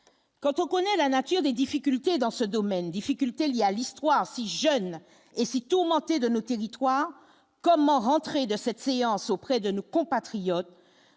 quand on connaît la nature des difficultés dans ce domaine, difficultés liées à l'histoire si jeune et si tourmenté de nos territoires, comment rentrer de cette séance auprès de nos compatriotes